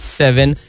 seven